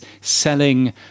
selling